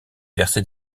versait